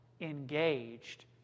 engaged